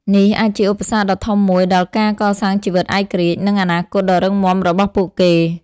នេះអាចជាឧបសគ្គដ៏ធំមួយដល់ការកសាងជីវិតឯករាជ្យ និងអនាគតដ៏រឹងមាំរបស់ពួកគេ។